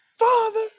father